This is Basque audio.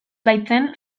baitzen